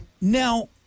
Now